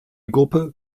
gruppe